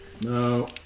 No